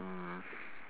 mm